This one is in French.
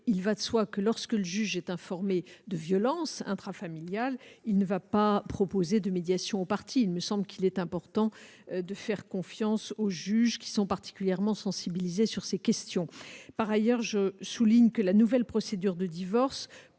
Il va de soi que lorsque le juge est informé de violences intrafamiliales, il ne va pas proposer de médiation aux parties. Il me semble qu'il est important de faire confiance aux juges, qui sont particulièrement sensibilisés sur ces questions. Par ailleurs, je souligne que la nouvelle procédure de divorce